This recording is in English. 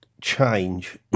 change